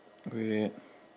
go ahead